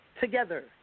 together